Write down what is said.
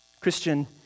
Christian